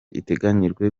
iteganyijwe